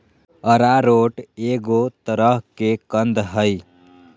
arrowroot एगो तरह के कंद हइ